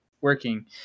working